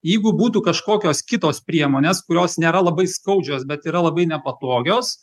jeigu būtų kažkokios kitos priemonės kurios nėra labai skaudžios bet yra labai nepatogios